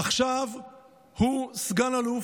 עכשיו הוא סגן-אלוף,